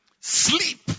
Sleep